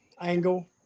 angle